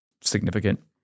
significant